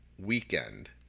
weekend